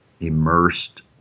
immersed